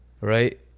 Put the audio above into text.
Right